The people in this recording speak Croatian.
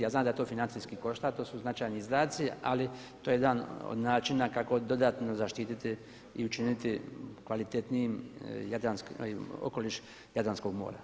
Ja znam da to financijski košta, to su značajni izdaci, ali to je jedan od načina kako dodatno zaštititi i učiniti kvalitetnijim okoliš Jadranskog mora.